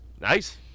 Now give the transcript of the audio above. Nice